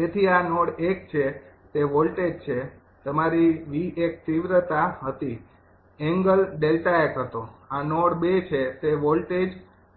તેથી આ નોડ એક છે તે વોલ્ટેજ છે તમારી 𝑉૧ તીવ્રતા હતી એંગલ 𝛿૧ હતો આ નોડ ૨ છે તે વોલ્ટેજ